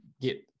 get